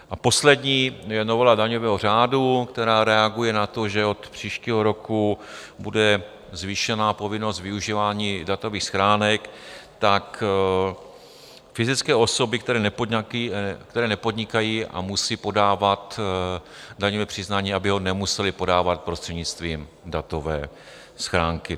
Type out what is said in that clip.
A poslední, novela daňového řádu, která reaguje na to, že od příštího roku bude zvýšena povinnost využívání datových schránek, tak fyzické osoby, které nepodnikají a musí podávat daňové přiznání, aby ho nemusely podávat prostřednictvím datové schránky.